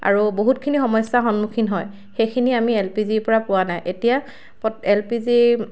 আৰু বহুতখিনি সমস্যা সন্মুখীন হয় সেইখিনি আমিএল পি জি ৰপৰা পোৱা নাই এতিয়া এল পি জি ৰ